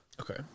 Okay